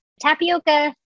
Tapioca